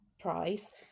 price